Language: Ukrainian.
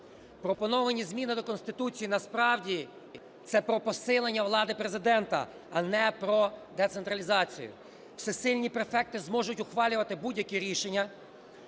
Пропоновані зміни до Конституції - насправді це про посилення влади Президента, а не про децентралізацію. Всесильні префекти зможуть ухвалювати будь-які рішення,